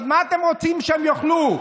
אז מה אתם רוצים שהם יאכלו?